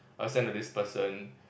send to this person